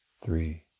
three